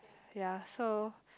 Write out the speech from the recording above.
ya so